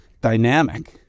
Dynamic